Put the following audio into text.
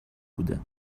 بوده